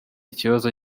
ikibazo